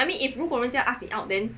I mean if 如果人家 ask me out then